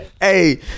Hey